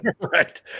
Right